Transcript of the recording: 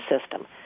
system